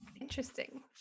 Interesting